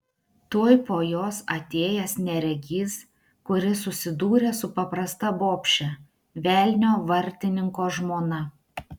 tuoj po jos atėjęs neregys kuris susidūrė su paprasta bobše velnio vartininko žmona